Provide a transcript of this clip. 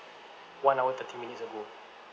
one hour thirty minutes ago